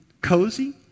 cozy